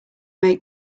make